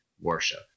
worship